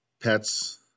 pets